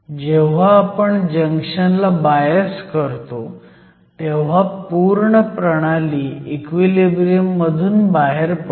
जेव्हा आपण जंक्शन ला बायस करतो तेव्हा पूर्ण प्रणाली इक्विलिब्रियम मधून बाहेर पडते